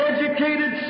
Educated